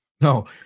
No